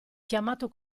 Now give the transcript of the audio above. chiamato